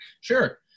Sure